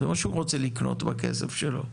זה מה שהוא רוצה לקנות בכסף שלו.